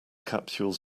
capsules